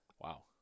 Wow